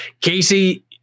Casey